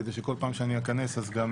כדי שכל פעם שאני אכנס אז גם